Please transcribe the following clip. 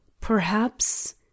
Perhaps